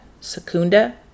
Secunda